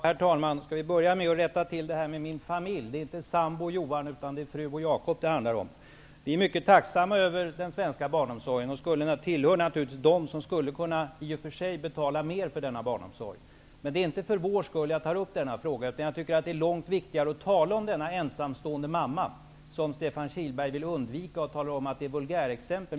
Herr talman! Jag börjar med att rätta till upp gifterna om min familj. Det är inte sambo och Johan, utan det är fru och Jakob som det handlar om. Vi är mycket tacksamma för den svenska barn omsorgen. Vi tillhör naturligtvis dem som i och för sig skulle kunna betala mer för denna barnom sorg. Men det är inte för vår skull som jag tar upp denna fråga. Det är långt viktigare att tala om denna ensamstående mamma, som Stefan Kihl berg vill undvika att tala om. Han talar om det som vulgärexempel.